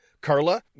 Carla